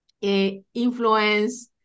Influence